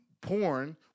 porn